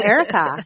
Erica